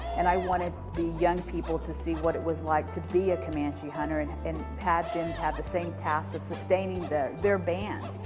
and i wanted the young people to see what it was like to be a comanche hunter, and and have them to and have the same task of sustaining their their band.